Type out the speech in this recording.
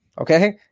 okay